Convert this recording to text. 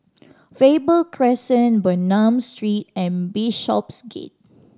Faber Crescent Bernam Street and Bishopsgate